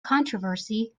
controversy